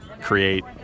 create